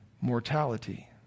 mortality